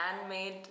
handmade